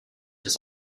has